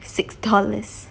six dollars